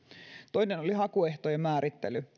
toinen oli hakuehtojen määrittely